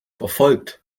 verfolgt